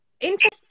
interesting